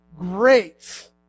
great